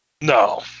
No